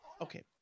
Okay